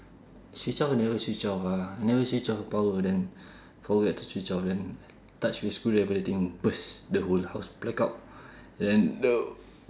switch off I never switch off ah never switch off power then forget to switch off then touch the screwdriver the thing burst the whole house blackout then